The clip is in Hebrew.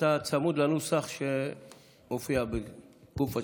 אתה צמוד לנוסח שמופיע בגוף השאילתה.